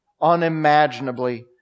unimaginably